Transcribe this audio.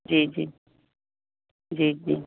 जी जी जी जी